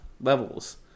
levels